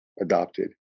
adopted